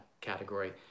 category